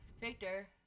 Victor